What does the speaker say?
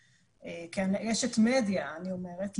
כאשת מדיה אני אומרת,